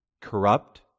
corrupt